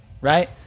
right